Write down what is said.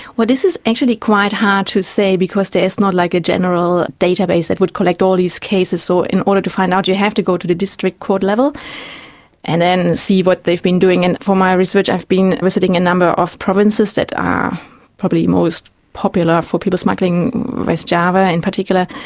is is actually quite hard to say because there is not like a general database that would collect all these cases, so in order to find out you have to go to the district court level and then see what they've been doing. and for my research i have been visiting a number of provinces that are probably most popular for people smuggling, west java in particular,